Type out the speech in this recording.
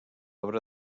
obra